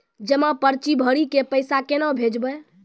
जमा पर्ची भरी के पैसा केना भेजबे?